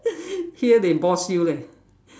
here they boss you leh